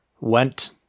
went